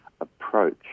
approach